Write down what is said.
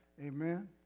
Amen